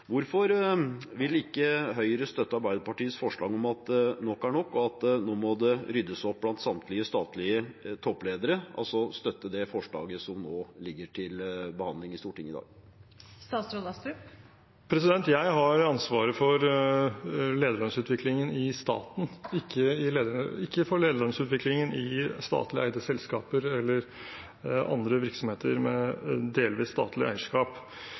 Hvorfor vil ikke Høyre støtte Arbeiderpartiets forslag om at nok er nok, og at nå må det ryddes opp blant samtlige statlige toppledere, altså støtte det forslaget som ligger til behandling i Stortinget i dag? Jeg har ansvaret for lederlønnsutviklingen i staten, ikke for lederlønnsutviklingen i statlig eide selskaper eller andre virksomheter med delvis statlig eierskap,